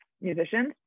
musicians